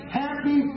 happy